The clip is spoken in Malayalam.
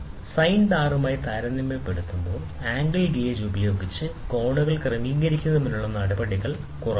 സൈൻ ബാറുമായി താരതമ്യപ്പെടുത്തുമ്പോൾ ആംഗിൾ ഗേജ് ഉപയോഗിച്ച് കോണുകൾ ക്രമീകരിക്കുന്നതിനുള്ള നടപടിക്രമങ്ങൾ കുറവാണ്